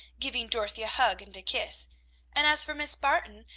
giving dorothy a hug and a kiss and as for miss barton,